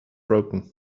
broken